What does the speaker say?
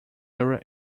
rural